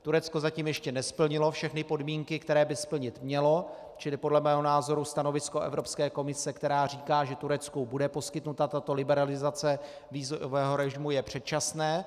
Turecko zatím ještě nesplnilo všechny podmínky, které by splnit mělo, čili podle mého názoru stanovisko Evropské komise, která říká, že Turecku bude poskytnuta tato liberalizace vízového režimu, je předčasné.